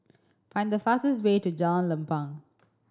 find the fastest way to Jalan Lempeng